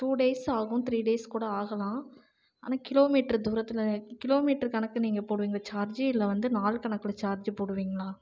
two days ஆகும் three days கூட ஆகலாம் ஆனால் கிலோமீட்ரு தூரத்தில் கிலோமீட்ரு கணக்கு நீங்கள் போடுவீங்களா சார்ஜு இல்லை வந்து நாள் கணக்கில் சார்ஜு போடுவீங்களா